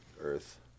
Earth